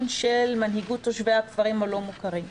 של מנהיגות תושבי הכפרים הלא מוכרים.